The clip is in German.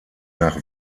nach